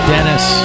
Dennis